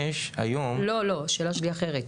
לא, השאלה שלי אחרת: